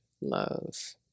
love